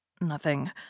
Nothing